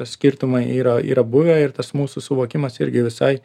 skirtumai yra yra buvę ir tas mūsų suvokimas irgi visai